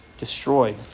destroyed